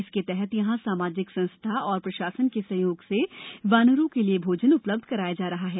इसके तहत यहां सामाजिक संस्था और प्रशासन के सहयोग से वानरों के लिए भोजन उपलब्ध कराया जा रहा है